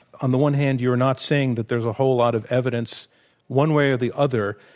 on the one hand you're not saying that there's a whole lot of evidence one way or the other,